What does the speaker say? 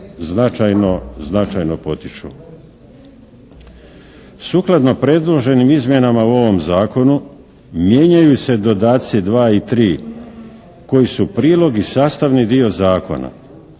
značajno potiču. Sukladno predloženim izmjenama u ovom zakonom mijenjaju se dodaci 2 i 3 koji su prilog i sastavni dio zakona.